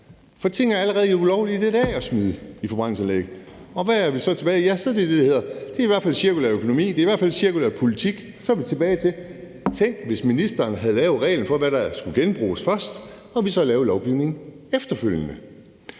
Forde ting er allerede i dag ulovlige at smide i forbrændingsanlæg. Hvad er vi så tilbage til? Ja, så er det det, der hedder cirkulær økonomi. Det er i hvert fald cirkulær politik, som er vi tilbage til. Tænk, hvis ministeren først havde lavet regler for, hvad der skulle genbruges, og vi så lavede lovgivningen efterfølgende.